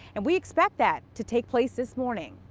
and we expect that to take place this morning.